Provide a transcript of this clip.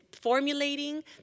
formulating